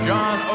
John